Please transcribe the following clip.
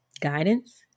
guidance